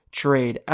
trade